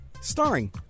Starring